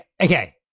okay